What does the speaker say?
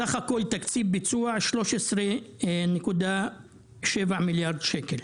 סך כל תקציב הביצוע הוא 13.7 מיליארד ₪,